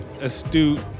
astute